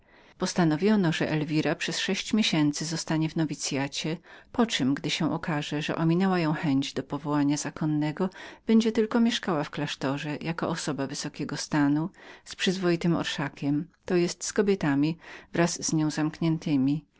postanowiono że elwira przez sześć miesięcy zostanie w nowicyacie po których gdy pokaże się że ominęła ją chęć do powołania zakonnego będzie tylko mieszkała w klasztorze jako osoba wysokiego stanu z przyzwoitym orszakiem to jest z kobietami wraz z nią zamkniętemi